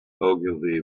ogilvy